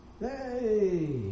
Hey